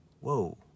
whoa